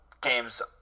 games